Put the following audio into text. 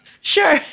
sure